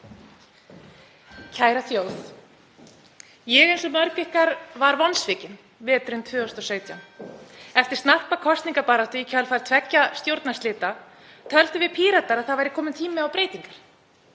Kæra þjóð. Ég eins og mörg ykkar var vonsvikin veturinn 2017. Eftir snarpa kosningabaráttu í kjölfar tveggja stjórnarslita töldum við Píratar að það væri kominn tími á breytingar.